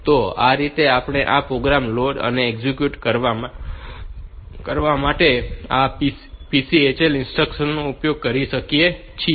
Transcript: તો આ રીતે આપણે આ પ્રોગ્રામ લોડ અને એક્ઝેક્યુશન કરવા માટે આ PCHL ઇન્સ્ટ્રક્શન નો ઉપયોગ કરી શકીએ છીએ